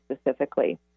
specifically